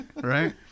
Right